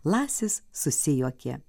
lasis susijuokė